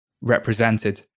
represented